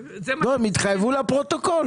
לא, הם יתחייבו לפרוטוקול.